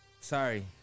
Sorry